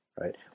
right